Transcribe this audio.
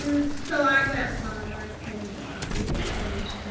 um so i got out the car and i gave him a big fuck you. and